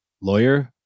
lawyer